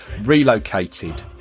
relocated